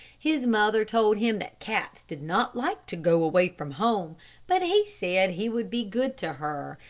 his mother told him that cats did not like to go away from home but he said he would be good to her,